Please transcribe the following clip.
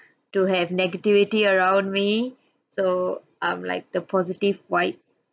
to have negativity around me so um like the positive white